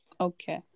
Okay